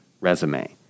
resume